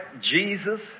Jesus